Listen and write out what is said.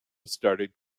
started